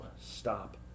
stop